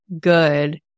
good